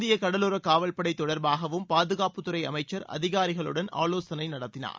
இந்திய கடலோர காவல்படை தொடர்பாகவும் பாதுகாப்புத் துறை அமைச்சர் அதிகாரிகளுடன் ஆலோசனை நடத்தினார்